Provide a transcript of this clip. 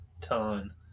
ton